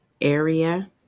area